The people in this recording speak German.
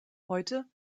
heute